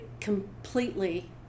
completely